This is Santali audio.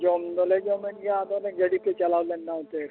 ᱡᱚᱢ ᱫᱚᱞᱮ ᱡᱚᱢᱮᱫ ᱜᱮᱟ ᱟᱫᱚ ᱚᱱᱮ ᱜᱟᱹᱰᱤᱛᱮ ᱪᱟᱞᱟᱣ ᱞᱮᱱ ᱚᱛᱮᱜ